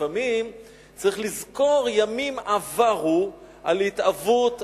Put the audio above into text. לפעמים צריך לזכור ימים עברו על התהוות,